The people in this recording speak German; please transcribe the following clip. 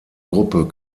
gruppe